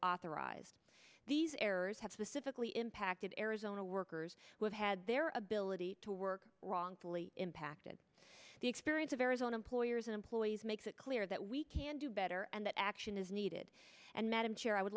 authorized these errors have specifically impacted arizona workers who have had their ability to work wrongfully impacted the experience of arizona employers and employees makes it clear that we can do better and that action is needed and madam chair i would